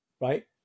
right